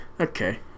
Okay